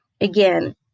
again